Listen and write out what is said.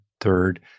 third